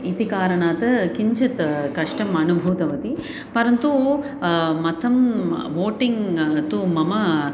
इति कारणात् किञ्चित् कष्टम् अनुभूतवती परन्तु मतं वोटिङ्ग् तु मम